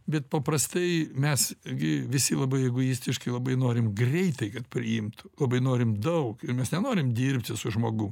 bet paprastai mes gi visi labai egoistiškai labai norim greitai kad priimtų labai norim daug ir mes nenorim dirbti su žmogum